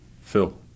Phil